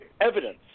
evidence